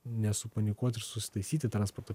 nesupanikuot ir susitaisyti transporto